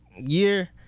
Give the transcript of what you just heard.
year –